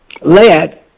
lead